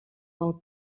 del